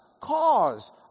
cause